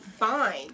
fine